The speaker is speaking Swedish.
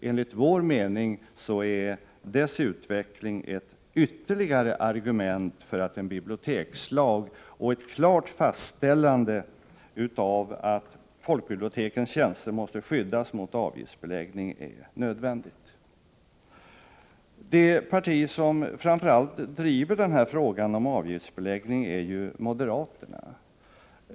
Enligt vår mening är dess utveckling ett ytterligare argument för att det är nödvändigt med en bibliotekslag och ett klart fastställande av att folkbibliotekens tjänster måste skyddas mot avgiftsbeläggning. Det parti som framför allt driver frågan om avgiftsbeläggningen är moderata samlingspartiet.